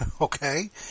Okay